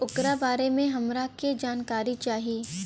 ओकरा बारे मे हमरा के जानकारी चाही?